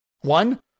One